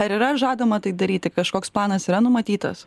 ar yra žadama tai daryti kažkoks planas yra numatytas